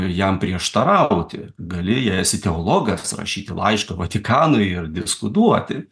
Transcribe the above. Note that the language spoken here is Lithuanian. jam prieštarauti gali jei esi teologas rašyti laišką vatikanui ir diskutuoti